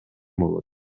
болот